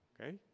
Okay